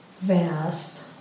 vast